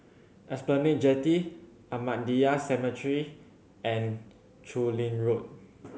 Esplanade Jetty Ahmadiyya Cemetery and Chu Lin Road